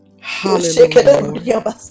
hallelujah